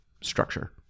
structure